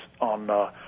on